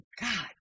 God